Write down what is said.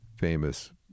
famous